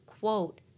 quote